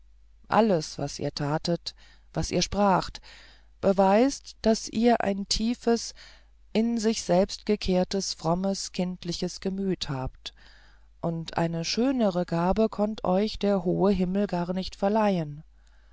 alles was ihr tatet was ihr spracht beweist daß ihr ein tiefes in sich selbst gekehrtes frommes kindliches gemüt habt und eine schönere gabe konnte euch der hohe himmel gar nicht verleihen